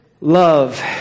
love